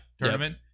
tournament